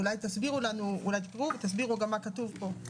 אולי תקראו ותסבירו מה כתוב פה.